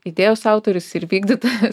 idėjos autorius ir vykdytojas